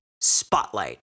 Spotlight